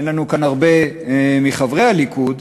אין לנו כאן הרבה מחברי הליכוד,